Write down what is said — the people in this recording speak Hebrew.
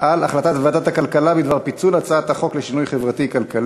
על החלטת ועדת הכלכלה בדבר פיצול הצעת החוק לשינוי חברתי-כלכלי.